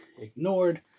ignored